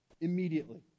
immediately